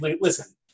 listen